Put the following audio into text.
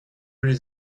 les